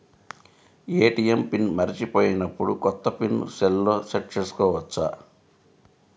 ATM pin మరచిపోయినప్పుడు, కొత్త pin సెల్లో సెట్ చేసుకోవచ్చా?